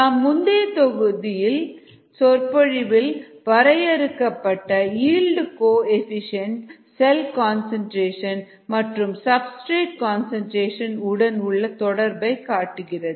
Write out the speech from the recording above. நாம் முந்தைய தொகுதி முந்தைய சொற்பொழிவில் வரையறுக்கப்பட்ட ஈல்டு கோஎஃபீஷியேன்ட் செல் கன்சன்ட்ரேஷன் மற்றும் சப்ஸ்டிரேட் கன்சன்ட்ரேஷன் உடன் உள்ள தொடர்பை காட்டுகிறது